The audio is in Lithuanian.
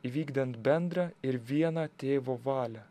įvykdant bendrą ir vieną tėvo valią